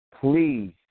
Please